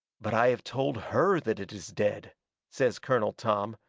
but i have told her that it is dead says colonel tom,